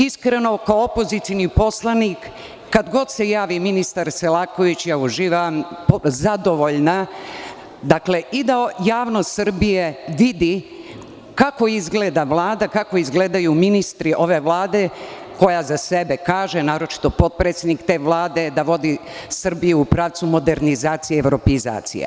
Iskreno, kao opozicioni poslanik, kad god se javi ministar Selaković uživam, zadovoljna da javnost Srbije vidi kako izgleda Vlada, kako izgledaju ministri ove Vlade koja za sebe kaže, naročito potpredsednik te Vlade, da vodi Srbiju u pravcu modernizacije i evropeizacije.